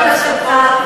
צריך להצביע,